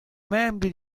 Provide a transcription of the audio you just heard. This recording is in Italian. membri